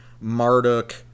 Marduk